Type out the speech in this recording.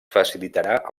facilitarà